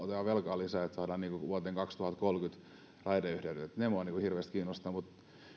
velkaa lisää että saadaan vuoteen kaksituhattakolmekymmentä mennessä raideyhteydet tämä minua hirveästi kiinnostaa